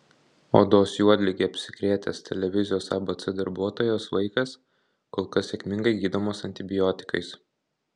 odos juodlige apsikrėtęs televizijos abc darbuotojos vaikas kol kas sėkmingai gydomas antibiotikais